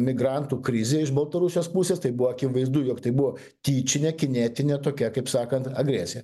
migrantų krizė iš baltarusijos pusės tai buvo akivaizdu jog tai buvo tyčinė kinetinė tokia kaip sakant agresija